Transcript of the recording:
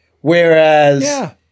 Whereas